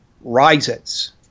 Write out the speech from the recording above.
rises